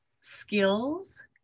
skills